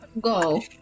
Go